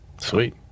Sweet